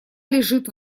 лежит